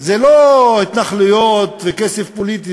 זה לא התנחלויות וכסף פוליטי,